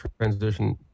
transition